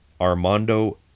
Armando